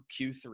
Q3